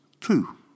Two